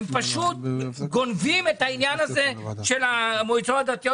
הם פשוט גונבים את העניין הזה של המועצות הדתיות